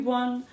one